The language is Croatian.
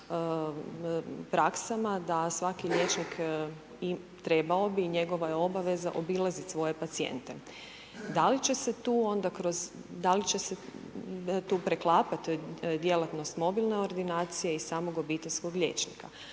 praksama da svaki liječnik, trebao bi i njegova je obaveza obilazit svoje pacijente. Da li će se tu onda kroz, da li će se tu preklapat djelatnost mobilne ordinacije i samog obiteljskog liječnika?